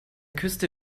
küste